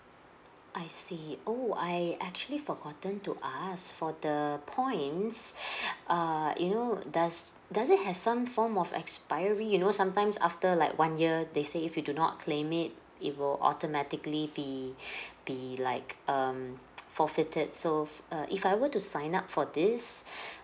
I see oh I actually forgotten to ask for the points err you know does does it has some form of expiry you know sometimes after like one year they say if you do not claim it it will automatically be be like um forfeited so uh if I were to sign up for this